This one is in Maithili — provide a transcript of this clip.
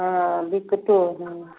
हँ बिकटो हइ